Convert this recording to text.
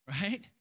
right